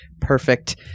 perfect